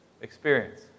experience